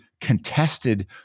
contested